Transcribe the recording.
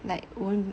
like won't